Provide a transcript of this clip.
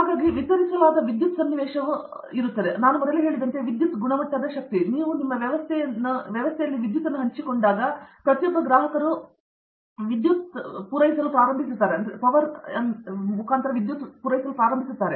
ಹಾಗಾಗಿ ವಿತರಿಸಲಾದ ವಿದ್ಯುತ್ ಸನ್ನಿವೇಶವು ಮೊದಲೇ ನಾನು ಹೇಳಿದಂತೆ ಒಂದು ವಿಷಯವೆಂದರೆ ವಿದ್ಯುತ್ ಗುಣಮಟ್ಟದ ಶಕ್ತಿ ನೀವು ನಿಮ್ಮ ವ್ಯವಸ್ಥೆಯನ್ನು ಹಂಚಿಕೊಂಡಾಗ ಪ್ರತಿಯೊಬ್ಬ ಗ್ರಾಹಕರು ಪವರ್ನಲ್ಲಿ ವಿದ್ಯುತ್ ಪೂರೈಸಲು ಪ್ರಾರಂಭಿಸುತ್ತಾರೆ